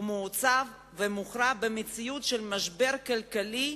הוא מעוצב ומוכרע במציאות של משבר כלכלי,